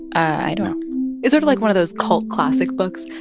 i don't it's sort of, like, one of those cult classic books.